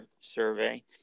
survey